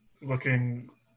looking